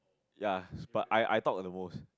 ya but I I talk at the most